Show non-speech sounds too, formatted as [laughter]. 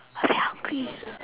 I very hungry [noise]